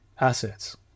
assets